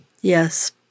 yes